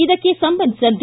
ಇದಕ್ಕೆ ಸಂಬಂಧಿಸಿದಂತೆ